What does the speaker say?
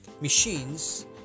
machines